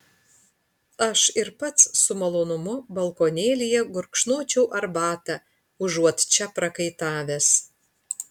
aš ir pats su malonumu balkonėlyje gurkšnočiau arbatą užuot čia prakaitavęs